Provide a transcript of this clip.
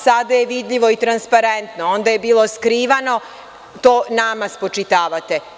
Sada je vidljivo i transparentno, onda je bilo skrivano, to nama spočitavate.